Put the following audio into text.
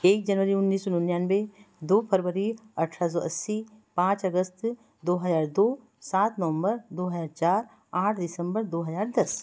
एक जनवरी उन्नीस सौ निन्यानवे दो फरवरी अट्ठारह सौ अस्सी पाँच अगस्त दो हज़ार दो सात नवम्बर दो हज़ार चार आठ दिसम्बर दो हज़ार दस